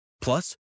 Plus